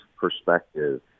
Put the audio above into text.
perspective